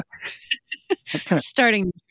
Starting